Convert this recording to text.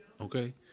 Okay